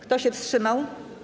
Kto się wstrzymał?